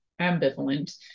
ambivalent